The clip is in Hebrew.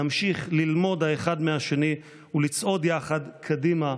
נמשיך ללמוד האחד מהשני ולצעוד יחד קדימה,